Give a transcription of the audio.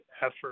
effort